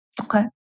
Okay